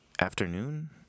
afternoon